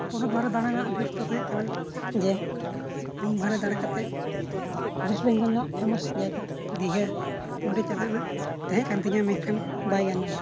ᱯᱚᱱᱚᱛ ᱵᱟᱦᱨᱮ ᱫᱟᱬᱟ ᱨᱮᱱᱟᱜ ᱡᱚᱥᱫᱚ ᱛᱟᱦᱮᱸ ᱠᱟᱟᱱ ᱡᱮ ᱤᱧ ᱵᱟᱦᱨᱮ ᱫᱟᱬᱟ ᱠᱟᱛᱮᱫ ᱚᱭᱮᱥᱴᱵᱮᱝᱜᱚᱞ ᱨᱮᱱᱟᱜ ᱡᱟᱭᱜᱟ ᱫᱤᱜᱷᱟ ᱚᱸᱰᱮ ᱪᱟᱞᱟᱜ ᱨᱮᱱᱟᱜ ᱛᱟᱦᱮᱸ ᱠᱟᱱ ᱛᱤᱧᱟ ᱢᱮᱱᱠᱷᱟᱱ ᱵᱟᱭ ᱜᱟᱱ ᱞᱮᱱᱟ